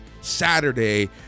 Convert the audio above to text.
Saturday